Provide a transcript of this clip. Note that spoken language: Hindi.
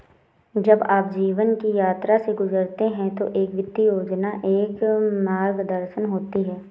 जब आप जीवन की यात्रा से गुजरते हैं तो एक वित्तीय योजना एक मार्गदर्शन होती है